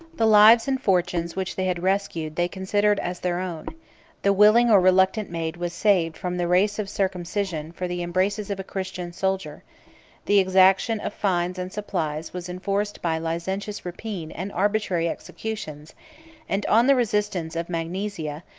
the lives and fortunes which they had rescued they considered as their own the willing or reluctant maid was saved from the race of circumcision for the embraces of a christian soldier the exaction of fines and supplies was enforced by licentious rapine and arbitrary executions and, on the resistance of magnesia,